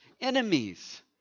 enemies